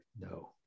no